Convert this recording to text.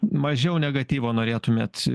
mažiau negatyvo norėtumėt